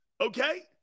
Okay